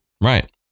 right